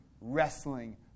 wrestling